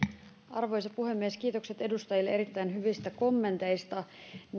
arvoisa puhemies kiitokset edustajille erittäin hyvistä kommenteista ne